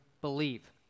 believe